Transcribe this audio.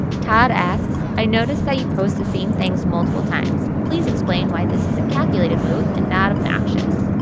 todd asks, i notice that you post the same things multiple times. please explain why this is a calculated move and not obnoxious.